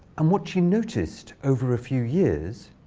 and what she noticed, over a few years,